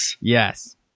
Yes